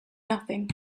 nothing